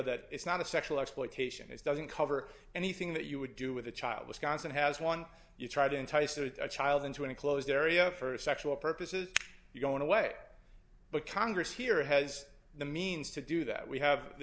that it's not a sexual exploitation is doesn't cover anything that you would do with a child was constant has one you try to entice a child into an enclosed area for sexual purposes going away but congress here has the means to do that we have the